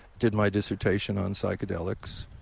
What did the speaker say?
did my dissertation on psychedelics.